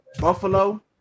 Buffalo